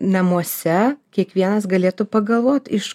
namuose kiekvienas galėtų pagalvoti iš